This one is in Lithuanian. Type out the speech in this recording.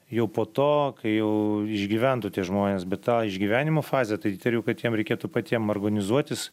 jau po to kai jau išgyventų tie žmonės bet tą išgyvenimo fazę tai įtariu kad jiem reikėtų patiem organizuotis